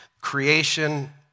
Creation